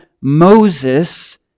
Moses